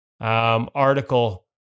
article